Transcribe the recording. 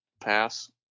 pass